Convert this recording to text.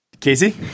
Casey